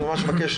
אני ממש מבקש